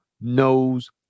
knows